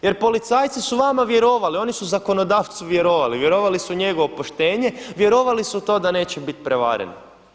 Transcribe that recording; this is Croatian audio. Jer policajci su vama vjerovali, oni su zakonodavcu vjerovali, vjerovali su u njegovo poštenje, vjerovali su u to da neće bit prevareni.